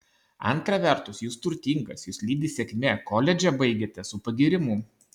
antra vertus jūs turtingas jus lydi sėkmė koledžą baigėte su pagyrimu